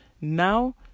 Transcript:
now